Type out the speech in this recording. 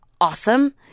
awesome